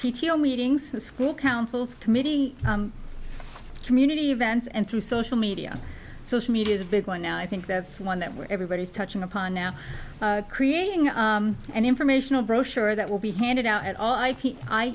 o meetings the school councils committee community events and through social media social media is a big one now i think that's one that where everybody is touching upon now creating us an informational brochure that will be handed out at all i i eat